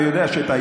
אתה יודע שטעית.